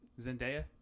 Zendaya